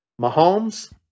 Mahomes